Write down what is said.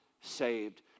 saved